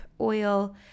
oil